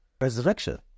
resurrection